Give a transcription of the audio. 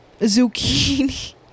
zucchini